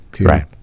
Right